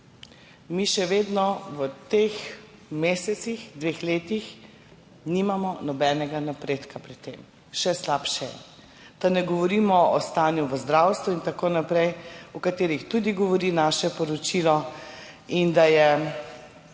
Mi še vedno v teh mesecih, dveh letih nimamo nobenega napredka pri tem, še slabše je. Da ne govorimo o stanju v zdravstvu in tako naprej, o katerih tudi govori naše priporočilo.